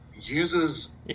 uses